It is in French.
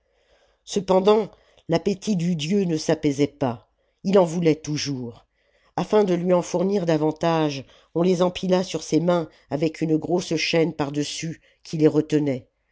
cependant l'appétit du dieu ne s'apaisait pas il en voulait toujours afin de lui en fournir davantage on les empila sur ses mains avec une grosse chaîne par-dessus qui les retenait